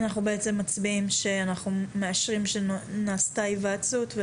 אנחנו בעצם מצביעים שאנחנו מאשרים שנעשתה היוועצות.